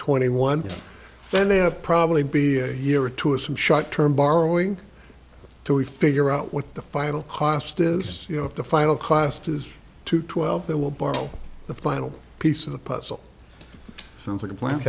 twenty one then they have probably be a year or two of some short term borrowing so we figure out what the final cost is you know if the final cost is to twelve they will borrow the final piece of the puzzle sounds like a plan